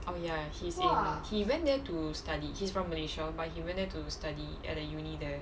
oh ya he's in he went there to study he's from malaysia but he went there to study like the uni there